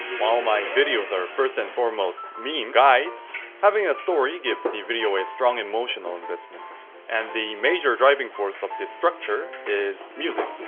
while my videos are first and foremost meme guides having a story gives the video a strong emotional investment and the major driving force of this structure is music